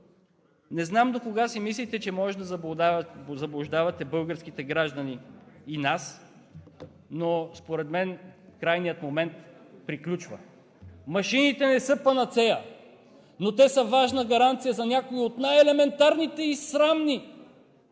Не знам до кога си мислите, че може да заблуждавате българските граждани и нас, но според мен крайният момент приключва. Машините не са панацея, но те са важна гаранция за някои от най-елементарните и срамни